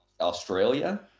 Australia